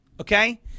okay